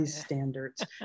standards